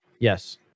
Yes